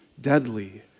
deadly